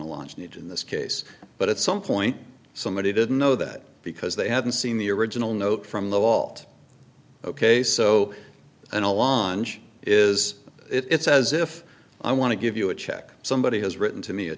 launch need in this case but at some point somebody didn't know that because they hadn't seen the original note from the lot ok so in a launch is it says if i want to give you a check somebody has written to me a